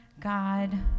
God